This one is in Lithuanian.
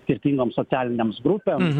skirtingom socialinėms grupėms